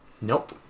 Nope